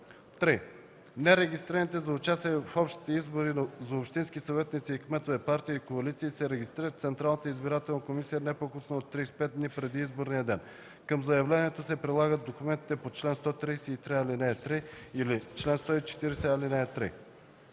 3. нерегистрираните за участие в общите избори за общински съветници и кметове партии и коалиции, се регистрират в Централната избирателна комисия не по-късно от 35 дни преди изборния ден; към заявлението се прилагат документите по чл. 133, ал. 3